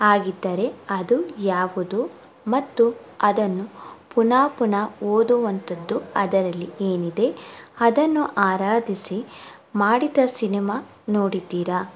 ಹಾಗಿದ್ದರೆ ಅದು ಯಾವುದು ಮತ್ತು ಅದನ್ನು ಪುನಃ ಪುನಃ ಓದುವಂಥದ್ದು ಅದರಲ್ಲಿ ಏನಿದೆ ಅದನ್ನು ಆರಾಧಿಸಿ ಮಾಡಿದ ಸಿನಿಮಾ ನೋಡಿದ್ದೀರಾ